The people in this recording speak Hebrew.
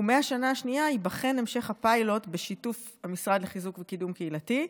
ומהשנה השנייה ייבחן המשך הפיילוט בשיתוף המשרד לחיזוק וקידום קהילתי,